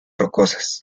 rocosas